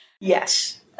Yes